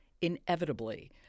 inevitably